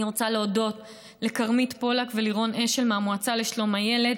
אני רוצה להודות לכרמית פולק וללירון אשל מהמועצה לשלום הילד,